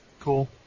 cool